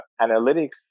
analytics